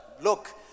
Look